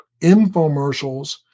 infomercials